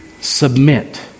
submit